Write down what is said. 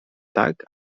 tak